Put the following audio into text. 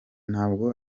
ntabwo